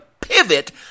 pivot